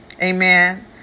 Amen